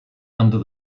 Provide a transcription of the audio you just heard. under